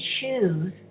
choose